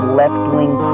left-wing